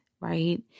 right